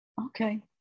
Okay